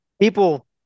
people